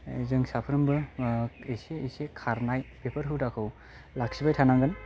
जों साफ्रोमबो इसे इसे खारनाय बेफोर हुदाखौ लाखिबाय थानांगोन